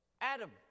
Adam